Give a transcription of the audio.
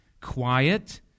quiet